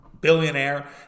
billionaire